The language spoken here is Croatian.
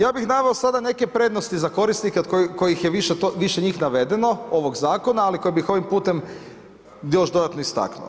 Ja bih naveo sada neke prednosti za korisnike od kojih je više njih navedeno ovog zakona, ali koje bih ovim putem još dodatno istaknuo.